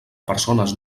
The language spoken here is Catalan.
persones